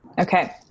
okay